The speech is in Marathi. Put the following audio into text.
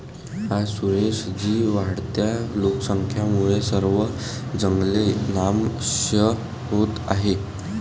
आज सुरेश जी, वाढत्या लोकसंख्येमुळे सर्व जंगले नामशेष होत आहेत